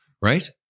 right